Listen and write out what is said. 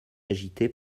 agité